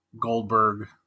Goldberg